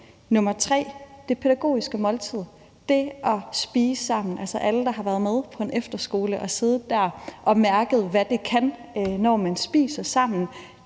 er der det pædagogiske måltid, altså det at spise sammen. Alle, der har været på en efterskole, har siddet der og mærket, hvad det kan, når man spiser sammen.